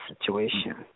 situation